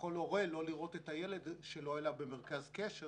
- יכול הורה לא לראות את הילד שלו אלא במרכז קשר